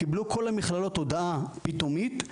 קיבלו כל המכללות הודעה פתאומית,